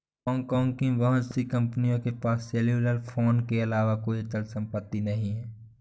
Hong Kong की बहुत सी कंपनियों के पास सेल्युलर फोन अलावा कोई अचल संपत्ति नहीं है